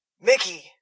Mickey